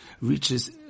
reaches